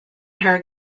her